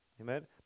Amen